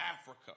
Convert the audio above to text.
Africa